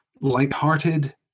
light-hearted